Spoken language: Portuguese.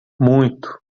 muito